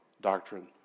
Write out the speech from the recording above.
doctrine